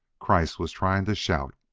kreiss was trying to shout.